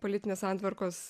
politinės santvarkos